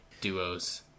duos